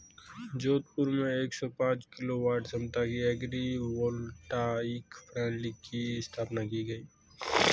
जोधपुर में एक सौ पांच किलोवाट क्षमता की एग्री वोल्टाइक प्रणाली की स्थापना की गयी